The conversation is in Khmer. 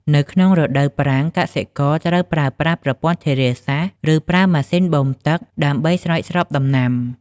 នៅក្នុងរដូវប្រាំង កសិករត្រូវប្រើប្រាស់ប្រព័ន្ធធារាសាស្ត្រ ឬប្រើម៉ាស៊ីនបូមទឹក ដើម្បីស្រោចស្រពដំណាំ។